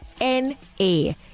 N-A